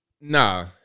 nah